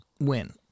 Win